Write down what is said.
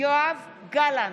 יואב גלנט,